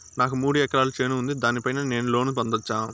నాకు మూడు ఎకరాలు చేను ఉంది, దాని పైన నేను లోను పొందొచ్చా?